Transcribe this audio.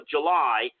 July